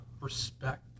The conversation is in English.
respect